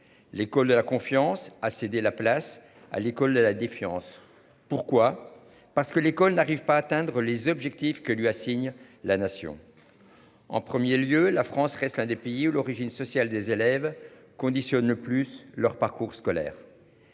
L'école de la confiance a cédé la place à l'école de la défiance. Pourquoi, parce que l'école n'arrivent pas à atteindre les objectifs que lui assigne la nation. En 1er lieu la France reste l'un des pays où l'origine sociale des élèves conditionne plus leur parcours scolaire.